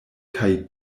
kaj